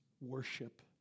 worship